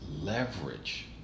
leverage